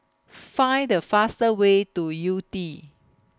Find The faster Way to Yew Tee